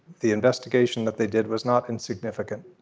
the investigation that they did was not insignificant.